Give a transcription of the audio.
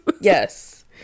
Yes